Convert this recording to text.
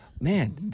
man